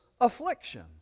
afflictions